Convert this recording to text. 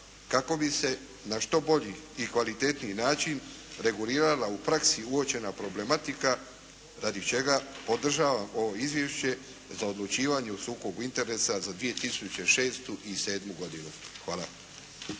kako bi se na što bolji i kvalitetniji način regulirala u praksi uočena problematika radi čega podržavam ovo izvješće za odlučivanje o sukobu interesa za 2006. i 2007. godinu. Hvala.